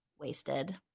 wasted